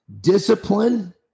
discipline